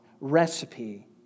recipe